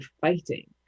fighting